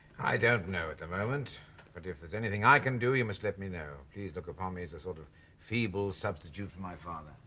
i don't know at the moment but if there's anything i can do you must let me know please look upon me as a sort of feeble substitute for my father.